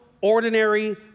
ordinary